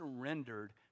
surrendered